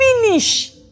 Finish